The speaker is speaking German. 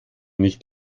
nicht